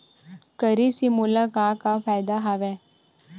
करे से मोला का का फ़ायदा हवय?